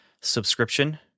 subscription